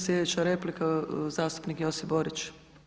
Slijedeća replika zastupnik Josip Borić.